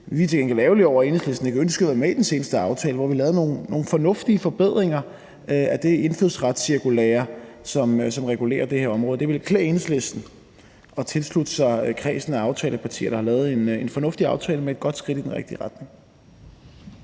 Vi er til gengæld ærgerlige over, at Enhedslisten ikke ønskede at være med i den seneste aftale, hvor vi lavede nogle fornuftige forbedringer af det indfødsretscirkulære, som regulerer det her område. Det ville klæde Enhedslisten at tilslutte sig kredsen af aftalepartier, der har lavet en fornuftig aftale med et godt skridt i den rigtige retning.